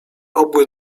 obły